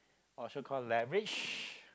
or so call leverage